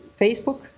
Facebook